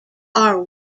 are